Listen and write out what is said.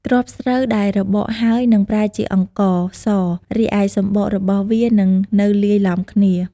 គ្រាប់ស្រូវដែលរបកហើយនឹងប្រែជាអង្ករស រីឯសម្បករបស់វានឹងនៅលាយឡំគ្នា។